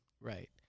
Right